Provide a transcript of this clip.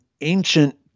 ancient